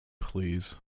Please